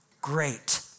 Great